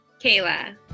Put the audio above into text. Kayla